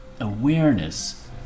awareness